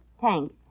thanks